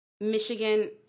Michigan